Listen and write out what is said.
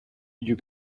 you